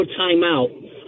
timeout